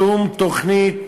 שום תוכנית